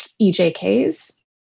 EJKs